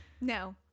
No